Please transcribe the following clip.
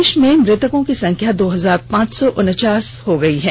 देश में मृतकों की संख्या दो हजार पांच सौ उनचास हो गई है